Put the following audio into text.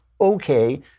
Okay